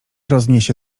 rozniesie